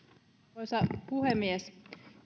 arvoisa puhemies